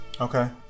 Okay